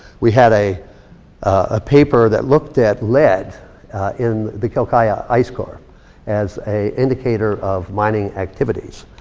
we had a a paper that looked at lead in the quelccaya ice core as a indicator of mining activities.